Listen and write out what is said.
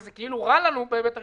שזה כאילו רע לנו בהיבט הריכוזי,